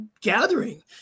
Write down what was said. gathering